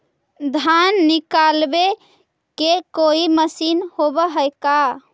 धान निकालबे के कोई मशीन होब है का?